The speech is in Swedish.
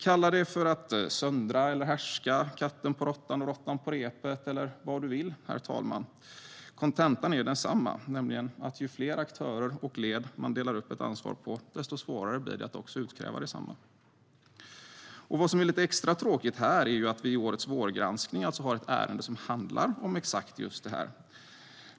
Kalla det söndra eller härska, katten på råttan och råttan på repet eller vad man vill, herr talman, kontentan är densamma, nämligen att ju fler aktörer och led man delar upp ett ansvar på, desto svårare blir det att utkräva detsamma. Vad som är lite extra tråkigt här är att vi i årets vårgranskning alltså har ett ärende som handlar om exakt just detta.